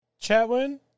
Chatwin